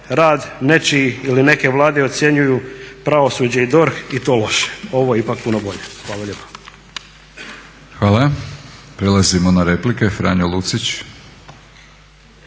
rad nečiji ili neke Vlade ocjenjuju pravosuđe i DORH i to loše, ovo je ipak puno bolje. Hvala lijepo. **Batinić, Milorad (HNS)** Hvala prelazimo na replike, Franjo Lucić.